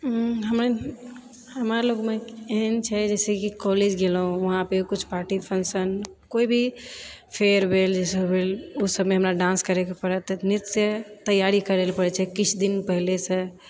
हमर हमरा लगमे एहन छै जाहिसँ कि कॉलेज गेलो हँ वहाँ पर किछु पार्टी फंक्शन कोइभी फेयरवेल ई सब भेल ओहि सबमे हमरा डान्स करैके पड़त नीकसँ तैयारी करए लए पड़ैए छै किछु दिन पहिलेसँ